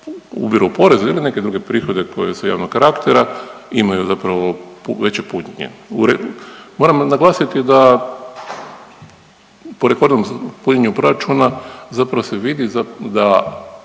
ubiru poreze ili neke druge prihode koji su javnog karaktera imaju zapravo veće punjenje. Moram naglasiti da punjenju proračuna zapravo se vidi da